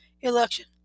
election